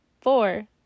Four